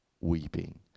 weeping